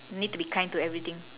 need to be kind to everything